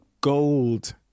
gold